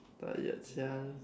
not yet [sial]